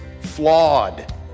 flawed